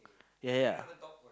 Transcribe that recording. ya ya ya